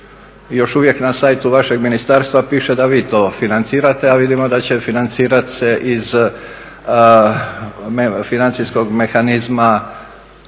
još uvijek na siteu vašeg ministarstva piše da vi to financirate, a vidimo da će financirati se iz financijskog mehanizma